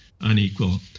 unequal